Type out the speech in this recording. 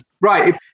right